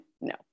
No